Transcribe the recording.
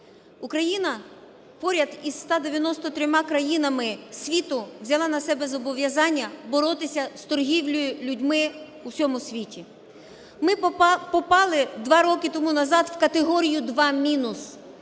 Україна поряд із 193 країнами світу взяла на себе зобов'язання боротися з торгівлею людьми в усьому світі. Ми попали два роки тому назад в категорію "2 мінус".